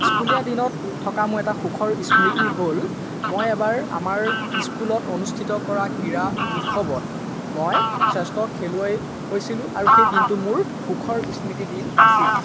স্কুলীয়া দিনত থকা মোৰ এটা সুখৰ স্মৃতি হ'ল মই এবাৰ আমাৰ স্কুলত অনুষ্ঠিত কৰা ক্ৰীড়া উৎসৱত মই শ্ৰেষ্ঠ খেলুৱৈ হৈছিলোঁ আৰু সেই দিনটো মোৰ সুখৰ স্মৃতি দিন আছিল